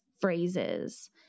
phrases